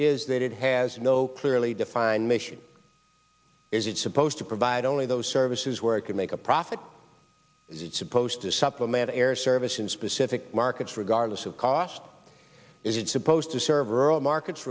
is that it has no clearly defined mission is it supposed to provide only those services where it can make a profit it's supposed to supplement air service in specific markets regardless of cost is it supposed to serve rural markets